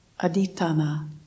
aditana